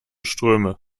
ströme